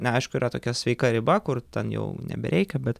na aišku yra tokia sveika riba kur ten jau nebereikia bet